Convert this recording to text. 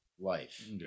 Life